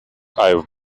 i’ve